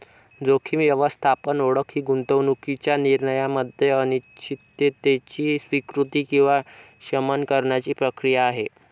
जोखीम व्यवस्थापन ओळख ही गुंतवणूकीच्या निर्णयामध्ये अनिश्चिततेची स्वीकृती किंवा शमन करण्याची प्रक्रिया आहे